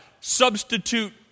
substitute